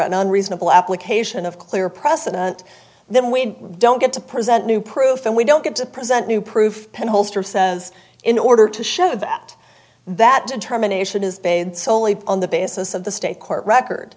an unreasonable application of clear precedent then we don't get to present new proof and we don't get to present new proof of says in order to show that that determination is bad solely on the basis of the state court record